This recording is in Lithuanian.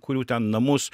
kurių ten namus